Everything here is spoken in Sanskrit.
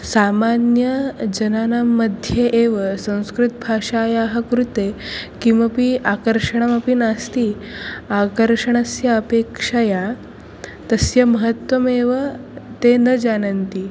सामान्यजनानां मध्ये एव संस्कृतभाषायाः कृते किमपि आकर्षणमपि नास्ति आकर्षणस्य अपेक्षया तस्य महत्त्वमेव ते न जानन्ति